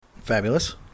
fabulous